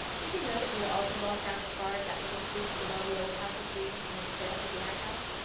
did you know that we are all to walk down as far as that little creek below the old house of dreams and then sail to the lighthouse?